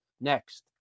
next